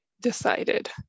decided